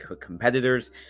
competitors